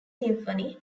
symphony